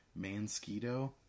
Mansquito